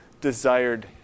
desired